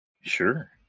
Sure